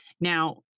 Now